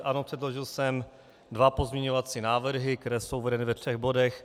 Ano, předložil jsem dva pozměňovací návrhy, které jsou uvedeny ve třech bodech.